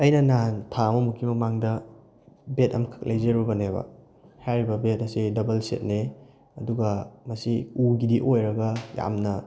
ꯑꯩꯅ ꯅꯍꯥꯟ ꯊꯥ ꯑꯃꯃꯨꯛꯀꯤ ꯃꯃꯥꯡꯗ ꯕꯦꯠ ꯑꯃꯈꯛ ꯂꯩꯖꯔꯨꯕꯅꯦꯕ ꯍꯥꯏꯔꯤꯕ ꯕꯦꯠ ꯑꯁꯤ ꯗꯕꯜ ꯁꯤꯠꯅꯤ ꯑꯗꯨꯒ ꯃꯁꯤ ꯎꯒꯤꯗꯤ ꯑꯣꯏꯔꯒ ꯌꯥꯝꯅ